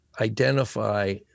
identify